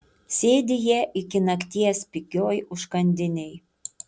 sėdi jie iki nakties pigioj užkandinėj